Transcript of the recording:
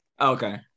okay